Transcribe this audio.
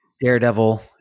Daredevil